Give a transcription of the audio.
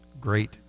great